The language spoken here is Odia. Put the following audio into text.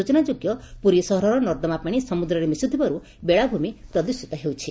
ସୂଚନାଯୋଗ୍ୟ ପୁରୀ ସହରର ନର୍ଦ୍ଦମାପାଣି ସମୁଦ୍ରରେ ମିଶୁଥିବାରୁ ବେଳାଭୂମି ପ୍ରଦୃଷିତ ହେଉଛି